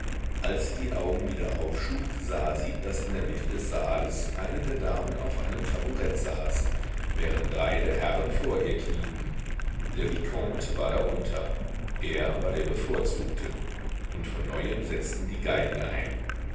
als sie die augen wieder aufschlug sah sie daß in der mitte des saales eine der damen auf einem taburett saß während drei der herren vor ihr knieten der vicomte war darunter er war der bevorzugte und von neuem setzten die geigen ein